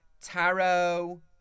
Tarot